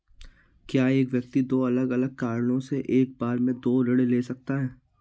क्या एक व्यक्ति दो अलग अलग कारणों से एक बार में दो ऋण ले सकता है?